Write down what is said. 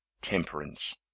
temperance